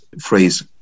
phrase